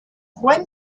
when